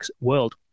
world